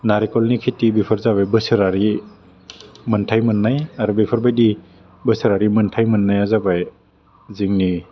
नारेकलनि खिथि बेफोर जाबाय बोसोरारि मोन्थाइ मोन्नाय आरो बेफोर बायदि बोसोरारि मोन्थाइ मोन्नाया जाबाय जोंनि